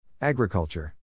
Agriculture